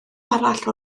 arall